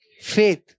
faith